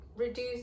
reduce